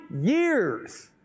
years